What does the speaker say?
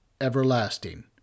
everlasting